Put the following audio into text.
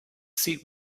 seat